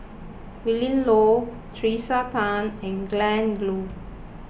Willin Low Tracey Tan and Glen Goei